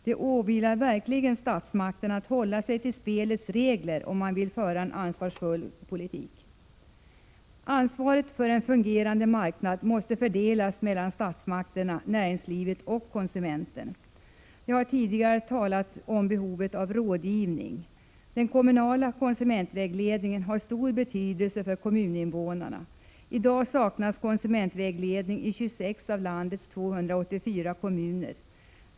Det åvilar verkligen statsmakterna att hålla sig till spelets regler, om de vill föra en ansvarsfull konsumentpolitik. Ansvaret för en fungerande marknad måste fördelas mellan statsmakterna, näringslivet och konsumenten. Jag har tidigare talat om behovet av rådgivning. Den kommunala konsumentvägledningen har stor betydelse för kommuninvånarna. I dag saknas konsumentvägledning i 26 av landets 284 kommuner.